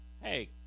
Hey